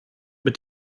mit